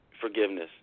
forgiveness